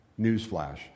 Newsflash